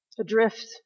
adrift